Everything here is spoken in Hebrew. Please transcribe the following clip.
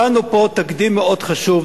חבר הכנסת בן-ארי, קבענו פה תקדים מאוד חשוב.